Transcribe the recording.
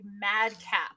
madcap